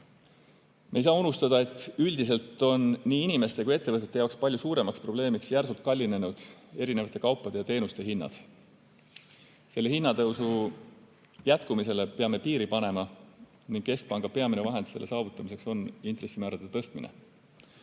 Me ei saa unustada, et üldiselt on nii inimeste kui ka ettevõtete jaoks palju suuremaks probleemiks järsult kallinenud erinevate kaupade ja teenuste hinnad. Selle hinnatõusu jätkumisele peame piiri panema ning keskpanga peamine vahend selle saavutamiseks on intressimäärade tõstmine.